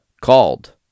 called